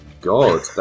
god